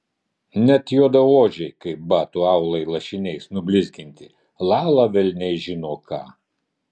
net juodaodžiai kaip batų aulai lašiniais nublizginti lala velniai žino ką